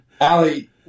Ali